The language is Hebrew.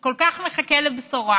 שכל כך מחכה לבשורה